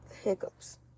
hiccups